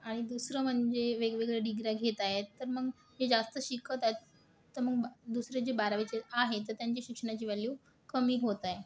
आणि दुसरं म्हणजे वेगवेगळ्या डिगऱ्या घेत आहेत तर मग जे जास्त शिकत आहेत तर मग दुसरे जे बारावीचे आहे तर त्यांच्या शिक्षणाची वॅल्यू कमी होत आहे